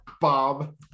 Bob